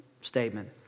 statement